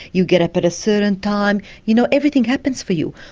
you get up at a certain time, you know, everything happens for you.